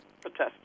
protesting